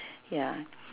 ya